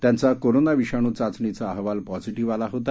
त्यांचा कोरोना विषाणू चाचणीचा अहवाल पॅझिटिव्ह आला होता